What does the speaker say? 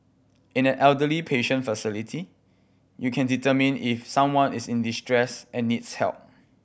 in an elderly patient facility you can determine if someone is in distress and needs help